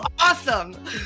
awesome